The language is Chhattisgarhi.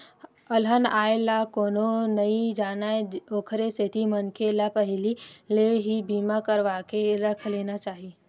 अलहन ला कोनो नइ जानय ओखरे सेती मनखे ल पहिली ले ही बीमा करवाके रख लेना चाही